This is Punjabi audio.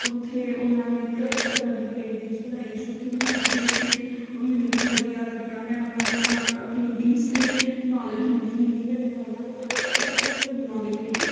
ਉੱਥੇ ਉਹਨਾਂ ਨੇ ਕਈ ਤਰ੍ਹਾਂ ਦੀ ਪੇਂਟਿੰਗਸ ਬਣਾਈ ਜੋੋ ਕਿ ਮੈਂ ਵੀ ਦੇਖ ਕੇ ਮੈਨੂੰ ਵੀ ਵਧੀਆ ਲੱਗਿਆ ਮੈਂ ਉਹਨਾਂ ਦੇ ਨਾਲ ਪੇਂਟਿੰਗਸ 'ਤੇ ਨੌਲੇਜ ਮਿਲੀ ਮਿਲੀ ਮੈਨੂੰ ਨਾਲ ਨਾਲ ਉਹਨਾਂ ਦੇ ਕਲਚਰ ਦੀ ਵੀ ਮੈਨੂੰ ਨੌਲੇਜ ਮਿਲੀ